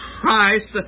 Christ